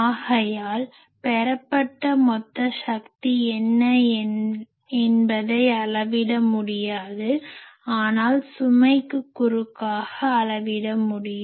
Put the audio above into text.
ஆகையால் பெறப்பட்ட மொத்த சக்தி என்ன என்பதை அளவிட முடியாது ஆனால் சுமைக்கு குறுக்காக அளவிட முடியும்